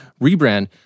rebrand